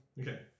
Okay